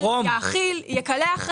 שיאכיל ושיקלח.